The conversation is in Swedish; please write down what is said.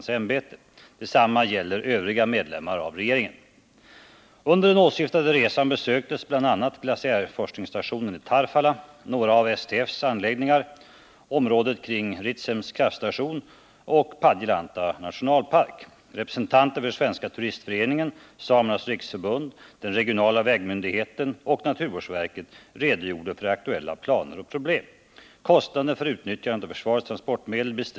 Skälet till att helikoptrar ställdes till förfogande uppgavs vara att statsministern deltog. Mot denna bakgrund anhåller jag om att till statsministern få ställa följande frågor: 1. I vilka fall kan man åberopa statsministerns deltagande för att få tillgång till försvarets transportmedel? 2.